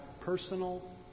personal